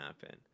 happen